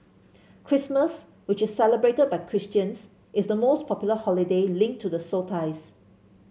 Christmas which is celebrated by Christians is the most popular holiday linked to the solstice